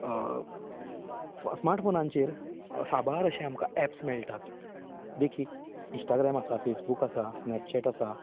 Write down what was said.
smart फोनांचेर साबार अशे आमकां ऍप्स मेळटात देखीक इंस्टाग्राम आसा फेसबूक आसा स्नॅपचॅट आसा